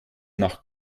nach